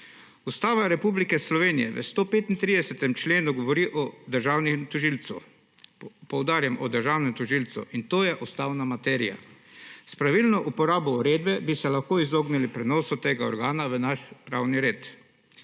Ustava Republike Slovenije v 135. členu govori o državnem tožilcu – poudarjam, o državnem tožilcu, in to je ustavna materija. S pravilno uporabo uredbe bi se lahko izognili prenosu tega organa v naš pravni red.